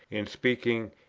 in speaking,